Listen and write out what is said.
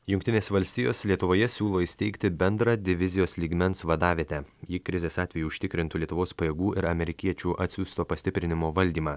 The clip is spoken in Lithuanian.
jungtinės valstijos lietuvoje siūlo įsteigti bendrą divizijos lygmens vadavietę ji krizės atveju užtikrintų lietuvos pajėgų ir amerikiečių atsiųsto pastiprinimo valdymą